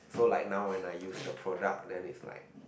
so like now when I use the product then is like